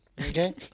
Okay